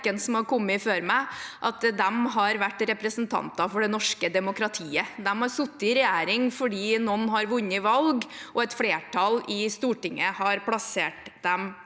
som har kommet før meg, har vært representanter for det norske demokratiet. De har sittet i regjering fordi noen har vunnet valg, og et flertall i Stortinget har plassert dem